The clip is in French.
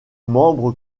membre